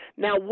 Now